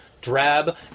drab